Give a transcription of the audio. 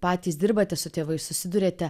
patys dirbate su tėvais susiduriate